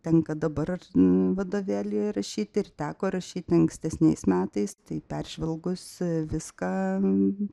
tenka dabar vadovėlį rašyt ir teko rašyt ankstesniais metais tai peržvelgus viską